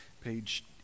page